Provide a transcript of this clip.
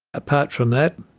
apart from that,